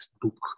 book